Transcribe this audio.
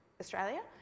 Australia